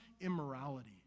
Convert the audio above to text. immorality